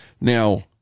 Now